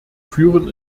führen